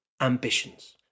ambitions